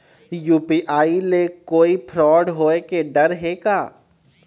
UPI ले कोई fraud होए के डर हे का?